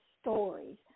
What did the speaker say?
stories